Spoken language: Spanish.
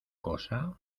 cosa